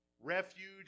refuge